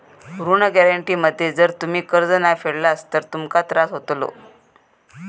ऋण गॅरेंटी मध्ये जर तुम्ही कर्ज नाय फेडलास तर तुमका त्रास होतलो